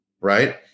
Right